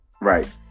Right